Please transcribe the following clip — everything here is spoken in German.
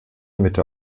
mitte